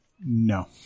No